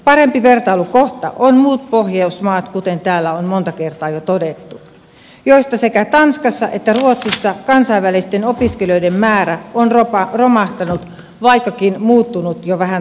parempi vertailukohta ovat muut pohjoismaat kuten täällä on monta kertaa jo todettu joista sekä tanskassa että ruotsissa kansainvälisten opiskelijoiden määrä on romahtanut vaikkakin muuttunut jo vähän toiseen suuntaan